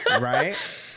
Right